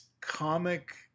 comic